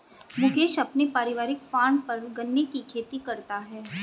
मुकेश अपने पारिवारिक फॉर्म पर गन्ने की खेती करता है